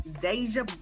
Deja